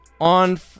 on